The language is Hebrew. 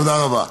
תודה רבה.